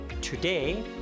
Today